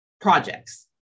projects